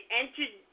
entered